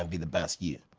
and be the best you,